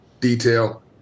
detail